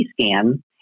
scan